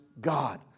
God